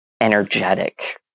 energetic